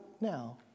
now